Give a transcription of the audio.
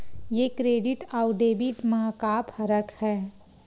ये क्रेडिट आऊ डेबिट मा का फरक है?